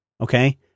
Okay